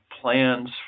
plans